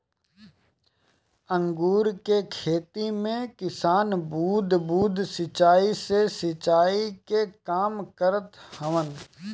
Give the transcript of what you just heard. अंगूर के खेती में किसान बूंद बूंद सिंचाई से सिंचाई के काम करत हवन